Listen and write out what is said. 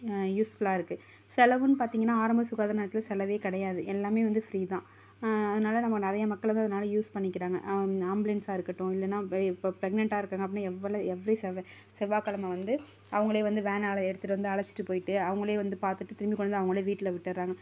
use ஃபுல்லாக இருக்கு செலவுன்னு பார்த்திங்கன்னா ஆரம்ப சுகாதார நிலையத்தில் செலவு கிடையாது எல்லாம் வந்து ஃப்ரீ தான் அதனால நம்ம நிறைய மக்கள் வந்து அதனால யூஸ் பண்ணிக்கிறாங்க ஆம்புலன்ஸாக இருக்கட்டும் இல்லைனா இப்போது பிரகனன்ட்டா இருக்காங்க அப்படின்னா எவ்வளவு எவ்ரி செவ்வாய் கிழம வந்து அவங்களே வந்து வேனுலாம் எடுத்துட்டு வந்து அழைத்துட்டு போய்ட்டு அவங்களே வந்து பார்த்துட்டு திரும்பி கொண்டு வந்து அவங்களே வீட்டில் விட்டுடுறாங்க